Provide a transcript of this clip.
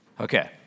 Okay